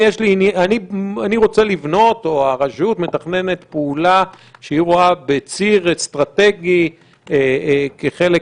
אם אני רוצה לבנות או שהרשות מתכננת פעולה שהיא רואה בציר אסטרטגי כחלק